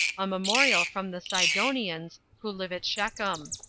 a memorial from the sidonians, who live at shechem.